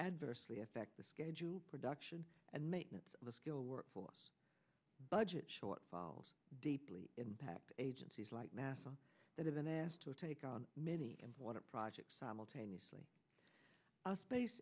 adversely affect the scheduled production and maintenance of a skilled work force budget shortfalls deeply impact agencies like nasa that have been asked to take on many water projects simultaneously a space